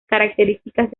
características